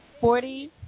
Forty